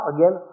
Again